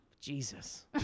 Jesus